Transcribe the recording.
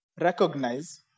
recognize